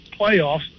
playoffs